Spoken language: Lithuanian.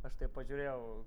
aš taip pažiūrėjau